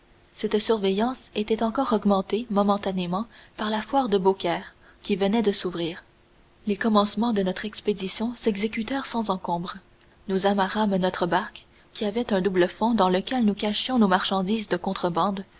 cette surveillance était encore augmentée momentanément par la foire de beaucaire qui venait de s'ouvrir les commencements de notre expédition s'exécutèrent sans encombre nous amarrâmes notre barque qui avait un double fond dans lequel nous cachions nos marchandises de contrebande